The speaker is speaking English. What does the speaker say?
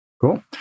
Cool